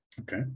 Okay